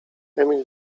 emil